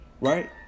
Right